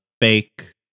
fake